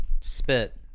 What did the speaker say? spit